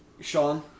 Sean